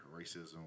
racism